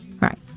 Right